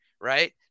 Right